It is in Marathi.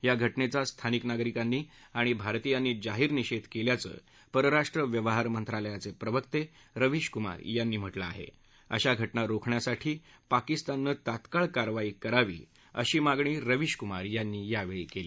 आ घटनद्या स्थानिक नागरिकांनी आणि भारतीयांनी जाहीर निषदकल्याचं परराष्ट्र व्यवहार मंत्रालयाच प्रिवर्ता उंविश कुमार यांनी म्हटलं आहाअशा घटना रोखण्यासाठी पाकिस्ताननं तात्काळ कारवाई करावी अशी मागणी रविश कुमार यांनी यावढी कली